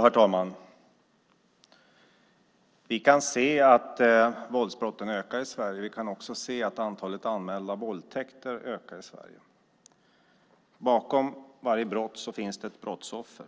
Herr talman! Vi kan se att antalet våldsbrott ökar i Sverige. Vi kan också se att antalet anmälda våldtäkter ökar i Sverige. Bakom varje brott finns det ett brottsoffer.